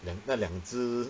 两个两只